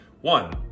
One